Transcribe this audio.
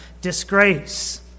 disgrace